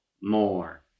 more